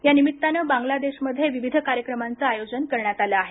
या निमित्तानं बांगलादेशमध्ये विविध कार्यक्रमांचं आयोजन करण्यात आलं आहे